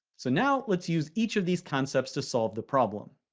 so now, let's use each of these concepts to solve the problem.